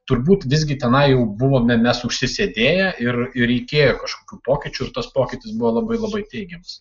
turbūt visgi tenai jau buvome mes užsisėdėję ir ir reikėjo kažkokių pokyčių ir tas pokytis buvo labai labai teigiamas